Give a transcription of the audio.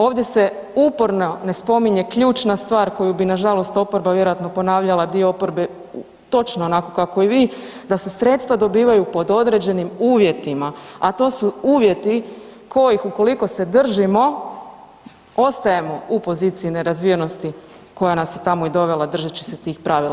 Ovdje se uporno ne spominje ključna stvar koju bi nažalost oporba vjerojatno ponavlja, dio oporbe točno onako kako i vi, da se sredstva dobivaju pod određenim uvjetima, a to su uvjeti kojih ukoliko se držimo ostajemo u poziciji nerazvijenosti koja nas je i tamo dovela držeći se tih pravila.